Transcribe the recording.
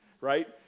right